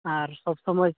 ᱟᱨ ᱥᱚᱵᱽᱥᱚᱢᱚᱭ